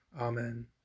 Amen